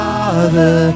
Father